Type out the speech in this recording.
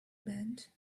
band